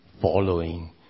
following